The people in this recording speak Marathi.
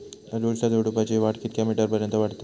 अडुळसा झुडूपाची वाढ कितक्या मीटर पर्यंत वाढता?